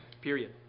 Period